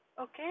Okay